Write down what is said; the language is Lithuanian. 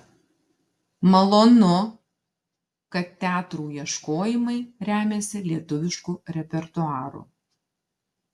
malonu kad teatrų ieškojimai remiasi lietuvišku repertuaru